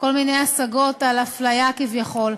כל מיני השגות על הפליה כביכול.